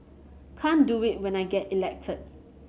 can't do it when I get elected